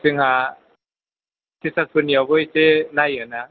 जोंहा टिचारफोरनियावबो एसे नायोना